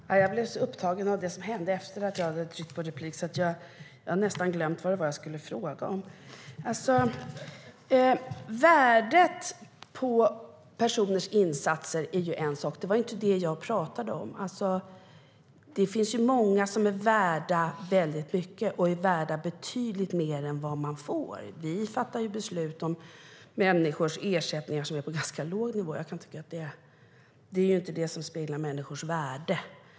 Herr talman! Jag blev så upptagen av det som hände efter att jag hade begärt replik att jag nästan har glömt vad jag skulle fråga om. Värdet på personers insatser är en sak. Det var inte det jag pratade om. Det finns många som är värda väldigt mycket och är värda betydligt mer än vad de får. Vi fattar beslut om människors ersättningar på en ganska låg nivå, och de speglar inte människors värde.